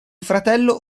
fratello